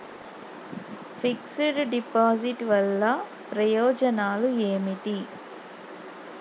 Fix డ్ deposit వల్ల ప్రయోజనాలు ఏమిటి?